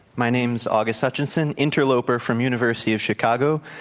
my name is august hutchinson, interloper from university of chicago,